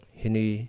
hini